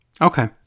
Okay